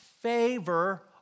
favor